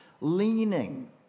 leaning